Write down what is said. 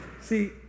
See